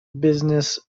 business